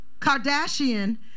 Kardashian